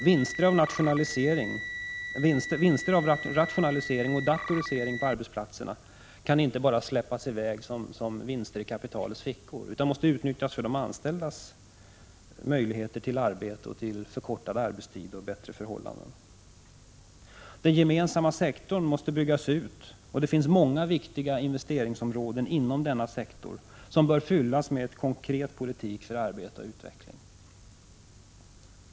Vinster av rationalisering och datorisering på arbetsplatserna kan inte bara släppas i väg i form av vinster i kapitalets fickor utan måste utnyttjas för de anställdas möjligheter till arbete, till förkortad arbetstid och till bättre förhållanden. Den gemensamma sektorn måste byggas ut, och det finns många viktiga investeringsområden inom denna sektor som bör fyllas med konkret politik för arbete och utveckling.